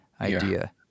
idea